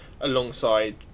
alongside